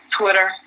Twitter